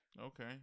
Okay